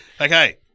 Okay